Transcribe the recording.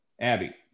Abby